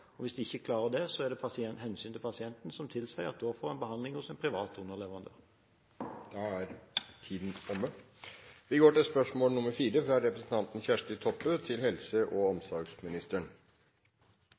Hvis de ikke klarer det, er det hensynet til pasienten som tilsier at da får en behandling hos en privat